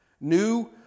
new